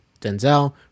denzel